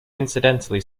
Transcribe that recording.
incidentally